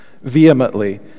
vehemently